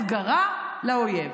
הסגרה לאויב.